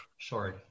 sorry